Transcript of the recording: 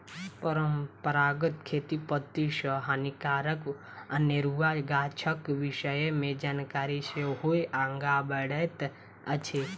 परंपरागत खेती पद्धति सॅ हानिकारक अनेरुआ गाछक विषय मे जानकारी सेहो आगाँ बढ़ैत अछि